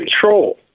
control